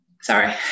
Sorry